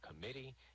committee